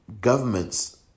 governments